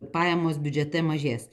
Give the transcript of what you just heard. pajamos biudžete mažės